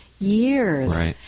years